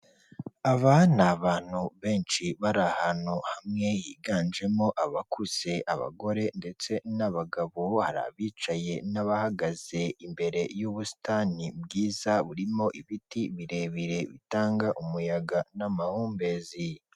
Aba ni abantu benshi bari ahantu hamwe, higanjemo abakuze, abagore ndetse n'abagabo, hari abicaye n'abahagaze imbere y'ubusitani bwiza burimo ibiti birebire bitanga umuyaga n'amahumbezi.